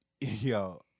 Yo